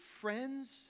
friends